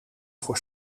voor